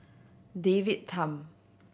David Tham